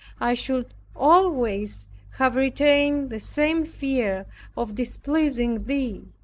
i should always have retained the same fear of displeasing thee.